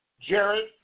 Jared